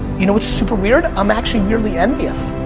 you know what's super weird? i'm actually weirdly envious.